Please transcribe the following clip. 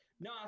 no